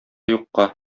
юкка